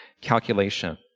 calculation